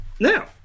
now